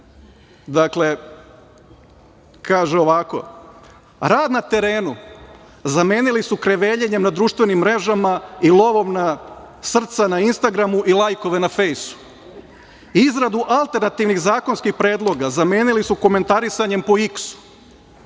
Dakle, kaže ovako – rad na terenu zamenili su kreveljenjem na društvenim mrežama i lovom na srca na Instagramu i lajkove na Fejsu, izradu alternativnih zakonskih predloga zamenili su komentarisanjem po Iksu,